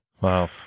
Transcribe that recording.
Wow